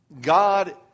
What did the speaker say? God